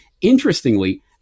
Interestingly